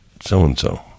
so-and-so